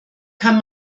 kann